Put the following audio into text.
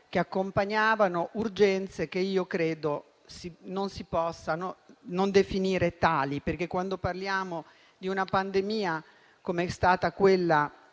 che accompagnavano le urgenze, che credo non si possano non definire tali. Quando parliamo infatti di una pandemia, come è stata quella